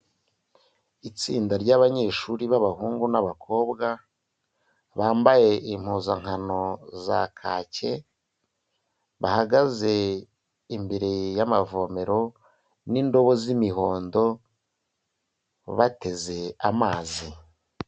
Itsinda ry'abanyeshuri b'abahungu n'abakobwa, bambaye impuzankano za kake, bahagaze imbere y'amavomero n'indobo z'imihondo, bateze amazi.